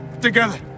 together